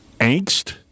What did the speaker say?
angst